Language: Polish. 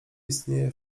istnieje